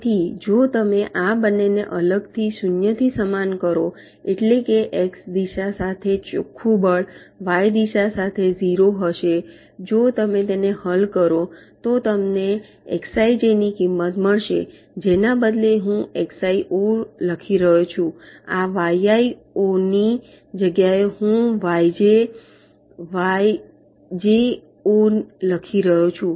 તેથી જો તમે આ બંનેને અલગથી 0 થી સમાન કરો એટલે કે એક્સ દિશા સાથે ચોખ્ખું બળ વાય દિશા સાથે ઝીરો હશે જો તમે તેને હલ કરો તો તમને એક્સઆઇજે ની કિંમત મળશે જેના બદલે હું એક્સઆઈ 0 લખી રહ્યો છું આ વાયઆઈ 0 ની જગ્યા એ હું વાયજે વાયજે 0 લખી રહ્યો છું